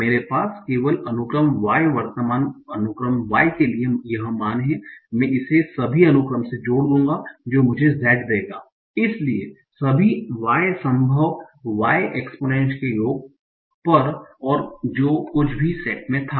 मेरे पास केवल अनुक्रम y वर्तमान अनुक्रम y के लिए यह मान है मैं इसे सभी अनुक्रम से जोड़ दूंगा जो मुझे Z देगा इसलिए सभी y संभव y exp के योग पर और जो कुछ भी सेट में था